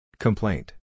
Complaint